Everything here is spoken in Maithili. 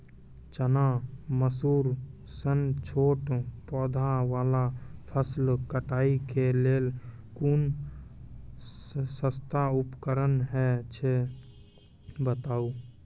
चना, मसूर सन छोट पौधा वाला फसल कटाई के लेल कूनू सस्ता उपकरण हे छै तऽ बताऊ?